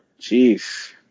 Jeez